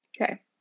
Okay